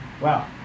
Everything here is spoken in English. Wow